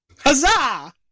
huzzah